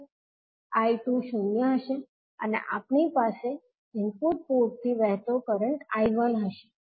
𝐈2 શૂન્ય હશે અને આપણી પાસે ઇનપુટ પોર્ટથી વહેતો કરંટ 𝐈1 હશે